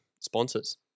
sponsors